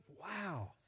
wow